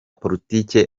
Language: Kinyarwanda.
politiki